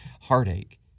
heartache